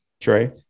Trey